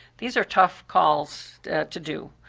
these are tough calls to do.